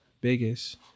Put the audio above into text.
biggest